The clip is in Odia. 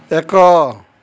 ଏକ